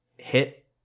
hit